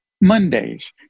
mondays